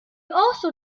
also